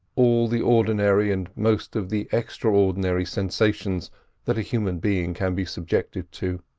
all the ordinary and most of the extraordinary sensations that a human being can be subjected to.